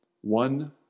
One